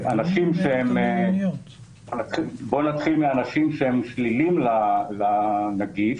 בוא נתחיל מאנשים שהם שליליים לנגיף,